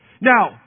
Now